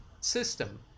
system